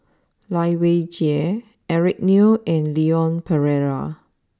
Lai Weijie Eric Neo and Leon Perera